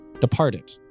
departed